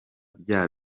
bya